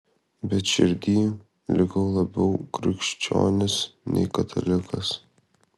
bet širdyj likau labiau krikščionis nei katalikas